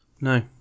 No